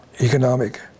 economic